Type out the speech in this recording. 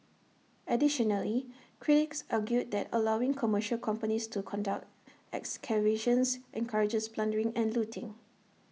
additionally critics argued that allowing commercial companies to conduct excavations encourages plundering and looting